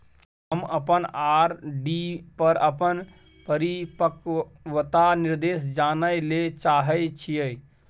हम अपन आर.डी पर अपन परिपक्वता निर्देश जानय ले चाहय छियै